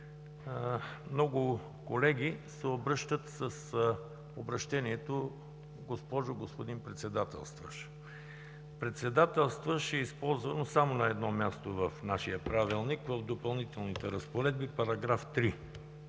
много колеги се обръщат с обръщението „госпожо/господин Председателстващ“. „Председателстващ“ е използвано само на едно място в нашия Правилник – в Допълнителните разпоредби, § 3.